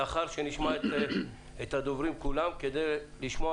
לאחר שנשמע את הדוברים כדי לשמוע,